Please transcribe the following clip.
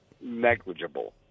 negligible